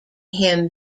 him